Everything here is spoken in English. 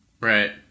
Right